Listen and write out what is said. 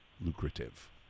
lucrative